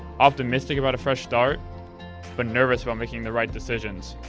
optimistic about a fresh start but nervous about making the right decisions.